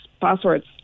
passwords